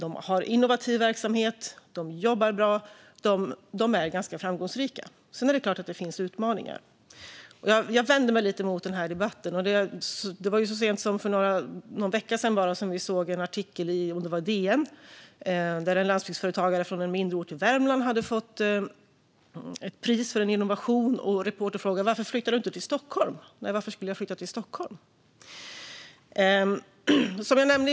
De har innovativa verksamheter, jobbar bra och är ganska framgångsrika. Men det är klart att det finns utmaningar. Jag vänder mig dock lite mot den debatten. Så sent som för bara någon vecka sedan kunde vi läsa en artikel i DN, tror jag att det var, om en landsbygdsföretagare från en mindre ort i Värmland som fått pris för en innovation. Reportern frågade varför han inte flyttade till Stockholm. Varför skulle han göra det?